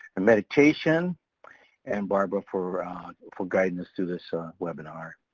and meditation and barbara for ah for guidance through this ah webinar.